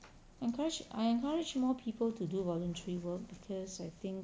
I encourage I encourage more people to do voluntary work because I think